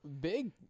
Big